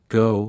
go